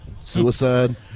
suicide